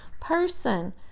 person